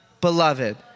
beloved